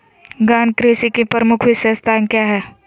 गहन कृषि की प्रमुख विशेषताएं क्या है?